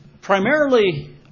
primarily